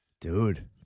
Dude